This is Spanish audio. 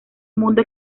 mundo